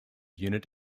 unit